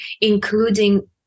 including